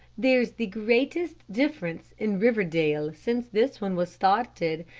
there's the greatest difference in riverdale since this one was started.